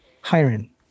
hiring